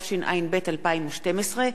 התשע"ב 2012,